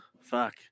Fuck